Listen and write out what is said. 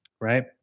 right